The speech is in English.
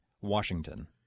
Washington